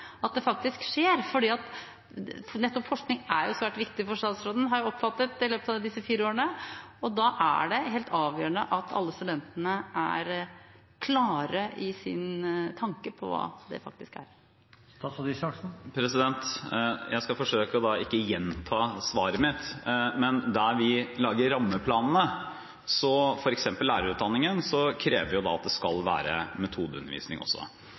at dette faktisk skjer? Nettopp forskning er jo svært viktig for statsråden, har jeg oppfattet i løpet av disse fire årene, og da er det helt avgjørende at alle studentene har klare tanker om hva det er. Jeg skal forsøke å ikke gjenta svaret mitt. Men der vi lager rammeplanene, f.eks. i lærerutdanningen, krever vi at det skal være metodeundervisning også.